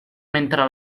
mentre